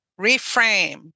reframe